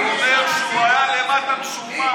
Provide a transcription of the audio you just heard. הוא אומר שהוא היה למטה, משועמם.